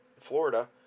Florida